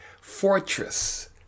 fortress